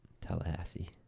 Tallahassee